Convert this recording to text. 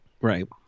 right